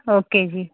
okay ਜੀ